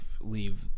leave